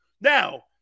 Now